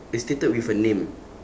it's stated with a name